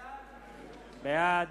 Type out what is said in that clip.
בעד